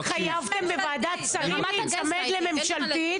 כי אתם התחייבתם בוועדת שרים להיצמד לממשלתית,